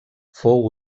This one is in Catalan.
fou